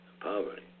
poverty